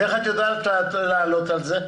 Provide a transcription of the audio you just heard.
ואיך את יודעת לעלות על זה?